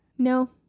No